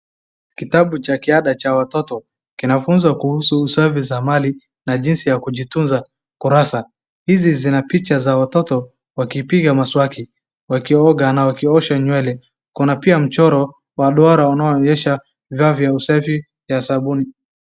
Kitabu cha kiada cha watoto kinafunza kuhusu usafi za mali na jinsi ya kujitunza. Kurasa hizi zinapicha za watoto wakipiga mswaki, wakioga na wakiosha nywele. Kuna pia mchoro wa duara unaoonyesha vifaa vya usafi na sabuni.